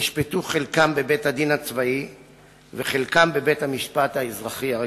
נשפטו חלקם בבית-הדין הצבאי וחלקם בבית-המשפט האזרחי הרגיל.